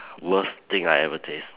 worst thing I ever taste